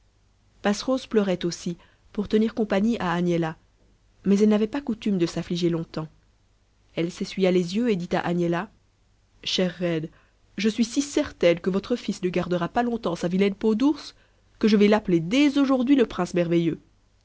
passerose pleurait aussi pour tenir compagnie à agnella mais elle n'avait pas coutume de s'affliger longtemps elle s'essuya les yeux et dit à agnella chère reine je suis si certaine que votre fils ne gardera pas longtemps sa vilaine peau d'ours que je vais l'appeler dès aujourd'hui le prince merveilleux